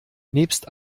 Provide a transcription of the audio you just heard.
nebst